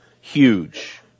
huge